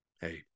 hey